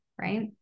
right